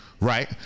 right